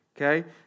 okay